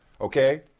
Okay